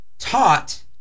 taught